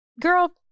Girl